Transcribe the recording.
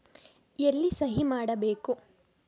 ಎಲ್ಲಿ ಸಹಿ ಮಾಡಬೇಕು?